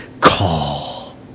call